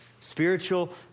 spiritual